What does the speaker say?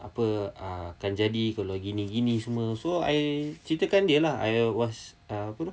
apa uh akan jadi kalau gini gini semua so I ceritakan dia lah I was uh apa tu